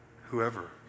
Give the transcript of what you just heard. whoever